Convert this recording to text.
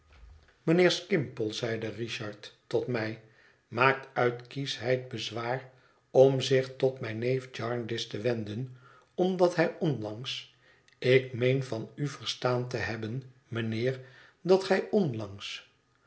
mijnheer skimpole zeide richard tot mij maakt uit kieschheid bezwaar om zich tot mijn neef jarndyce te wenden omdat hij onlangs ik meen van u verstaan te hebben mijnheer dat gij onlangs